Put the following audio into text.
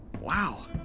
Wow